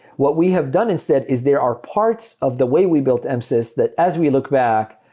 what we have done instead is there are parts of the way we built and msys that as we look back,